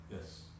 Yes